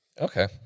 Okay